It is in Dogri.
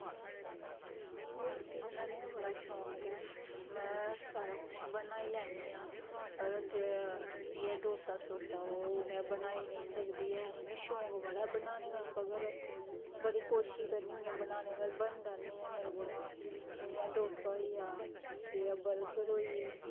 मिगी रुट्टी बनाने दा बड़ा शौक ऐ में सारा कुछ बनाई लैन्नी आं ते ओह् डोसा में बनाई नेईं सकदी ऐ मिगी शौक बड़ा बनाने दा पर बड़ी कोशिश करनी होन्नी आं बनाने दी पर बनदा निं ऐ मेरे कोला जियां डोसा होइया ठीक ऐ बर्गर होइये